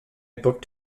booked